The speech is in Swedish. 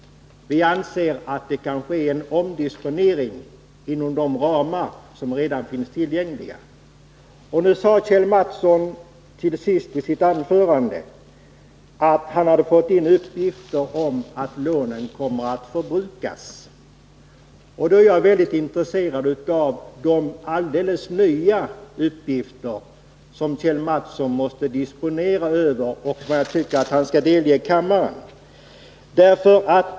Vi anser att det kan ske en omdisponering inom de ramar som redan finns tillgängliga. Nu sade Kjell Mattsson till sist att han hade fått in uppgifter om att lånen kommer att förbrukas. Då är jag väldigt intresserad av de alldeles nya uppgifter som Kjell Mattsson måste förfoga över och som jag tycker att han skall delge kammaren.